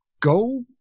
go